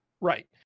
Right